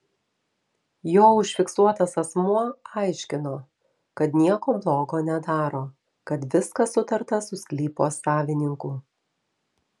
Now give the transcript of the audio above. jo užfiksuotas asmuo aiškino kad nieko blogo nedaro kad viskas sutarta su sklypo savininku